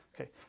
Okay